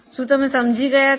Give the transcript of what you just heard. શું તમે સમજી ગયા છો